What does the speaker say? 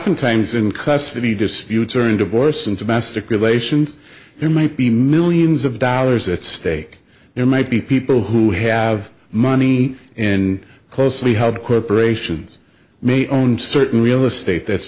sometimes in custody disputes or in divorce and domestic relations there might be millions of dollars at stake there might be people who have money and closely held corporations may own certain real estate that's